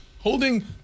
Holding